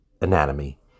anatomy